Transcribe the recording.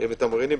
אנחנו מתמרנים,